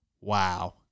Wow